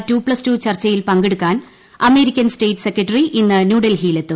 to plus two ചർച്ചയിൽ പങ്കെടുക്കാൻ American state secretary ഇന്ന് ന്യൂഡൽഹിയില്ലെത്തും